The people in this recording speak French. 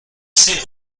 sais